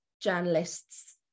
journalists